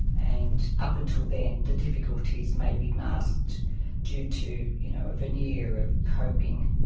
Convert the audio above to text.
and up until then the difficulties may be masked due to you know a veneer of coping.